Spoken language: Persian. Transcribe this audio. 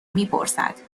میپرسد